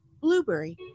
Blueberry